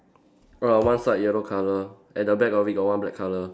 err one side yellow colour at the back of it got one black colour